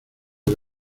que